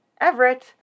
Everett